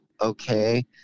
okay